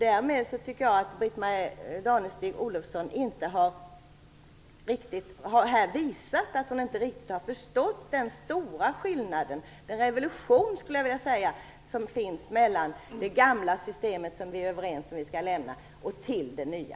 Därmed tycker jag att Britt Marie Danestig-Olofsson här har visat att hon inte riktigt har förstått den stora skillnaden - jag skulle vilja säga en revolution - mellan det gamla systemet som vi är överens om att vi skall lämna och det nya.